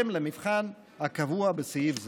בהתאם למבחן הקבוע בסעיף זה.